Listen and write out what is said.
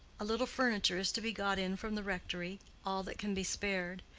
a little furniture is to be got in from the rectory all that can be spared.